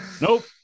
Nope